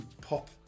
pop